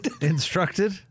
Instructed